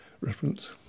reference